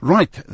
Right